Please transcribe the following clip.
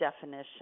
Definition